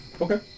okay